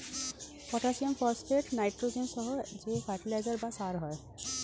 potassium, phosphate, nitrogen সহ যে fertiliser বা সার হয়